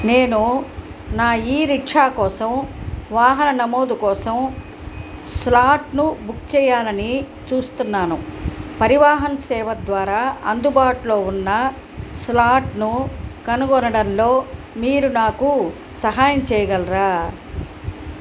నేను నా ఈరిక్షా కోసం వాహన నమోదు కోసం స్లాట్ను బుక్ చేయాలని చూస్తున్నాను పరివాహన్ సేవ ద్వారా అందుబాటులో ఉన్న స్లాట్ను కనుగొనడంలో మీరు నాకు సహాయం చేయగలరా